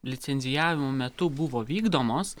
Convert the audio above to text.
licencijavimo metu buvo vykdomos